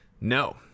no